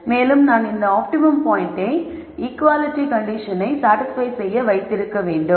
மேலும் நான் இந்த ஆப்டிமம் பாயிண்டை ஈக்குவாலிட்டி கண்டிஷனை சாடிஸ்பய் செய்ய வைத்திருக்க வேண்டும்